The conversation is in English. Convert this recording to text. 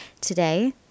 today